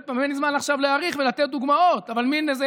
אין לי